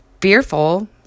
fearful